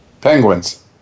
Penguins